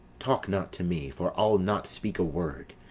talk not to me, for i'll not speak a word.